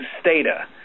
STATA